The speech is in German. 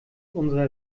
unsere